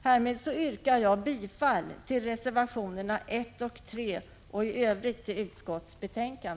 Härmed yrkar jag bifall till reservationerna 1 och 3 samt i Övrigt till utskottets hemställan.